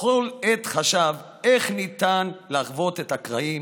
בכל עת חשב איך ניתן לאחות את הקרעים